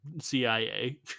CIA